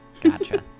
Gotcha